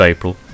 April